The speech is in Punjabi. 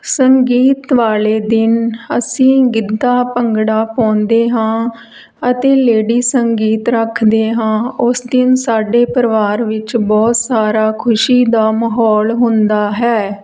ਸੰਗੀਤ ਵਾਲੇ ਦਿਨ ਅਸੀਂ ਗਿੱਧਾ ਭੰਗੜਾ ਪਾਉਂਦੇ ਹਾਂ ਅਤੇ ਲੇਡੀ ਸੰਗੀਤ ਰੱਖਦੇ ਹਾਂ ਉਸ ਦਿਨ ਸਾਡੇ ਪਰਿਵਾਰ ਵਿੱਚ ਬਹੁਤ ਸਾਰਾ ਖੁਸ਼ੀ ਦਾ ਮਾਹੌਲ ਹੁੰਦਾ ਹੈ